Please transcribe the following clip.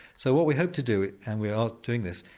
so what we hope to do, and we are doing this,